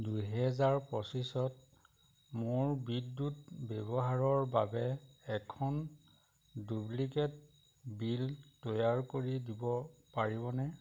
দুহেজাৰ পঁচিছত মোৰ বিদ্যুৎ ব্যৱহাৰৰ বাবে এখন ডুপ্লিকেট বিল তৈয়াৰ কৰি দিব পাৰিবনে